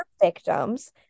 victims